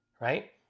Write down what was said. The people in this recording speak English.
right